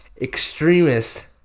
extremist